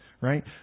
right